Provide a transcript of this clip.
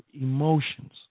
emotions